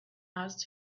asked